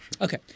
Okay